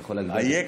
אייכה?